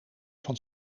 van